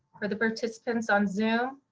for the participants on zoom,